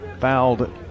fouled